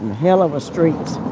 hell of a streets.